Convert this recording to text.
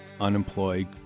unemployed